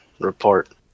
report